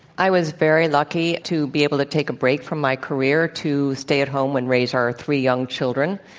i was very lucky to be able to take a break from my career to stay at home and raise our three young children.